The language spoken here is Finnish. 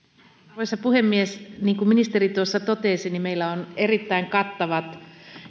arvoisa puhemies niin kuin ministeri tuossa totesi meillä on erittäin kattavat